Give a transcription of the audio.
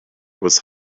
was